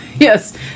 Yes